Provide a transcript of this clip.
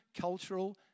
cultural